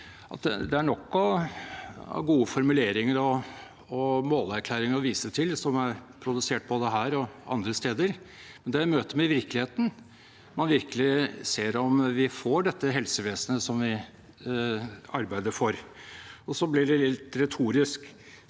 Det er nok av gode formuleringer og målerklæringer å vise til som er produsert både her og andre steder, men det er i møtet med virkeligheten man virkelig ser om vi får dette helsevesenet som vi arbeider for. Så blir det litt retorisk